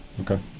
Okay